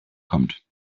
kommt